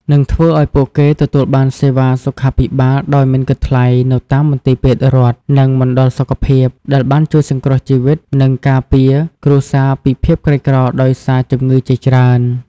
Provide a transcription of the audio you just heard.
និងធ្វើឱ្យពួកគេទទួលបានសេវាសុខាភិបាលដោយមិនគិតថ្លៃនៅតាមមន្ទីរពេទ្យរដ្ឋ និងមណ្ឌលសុខភាព ដែលបានជួយសង្គ្រោះជីវិត និងការពារគ្រួសារពីភាពក្រីក្រដោយសារជំងឺជាច្រើន។